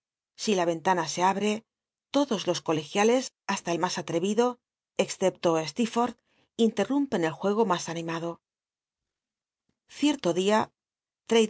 si la enl ana se abre todos los cqicgiales hasta el más atrevido excepto stccrfo lh inlci'i'umpcn el juego mas an imado cierto día